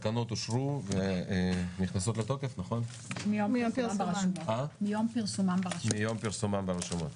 התקנות אושרו ונכנסות לתוקף מיום פרסומן ברשומות.